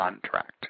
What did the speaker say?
contract